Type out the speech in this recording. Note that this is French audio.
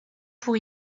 pour